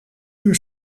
uur